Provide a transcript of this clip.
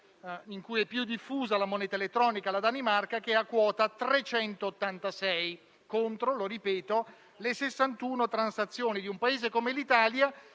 in cui è più diffusa la moneta elettronica, la Danimarca, che è a quota 386, contro - lo ripeto - le 61 transazioni di un Paese come l'Italia,